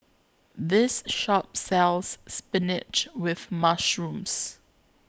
This Shop sells Spinach with Mushroom